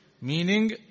Meaning